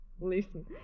Listen